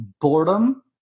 boredom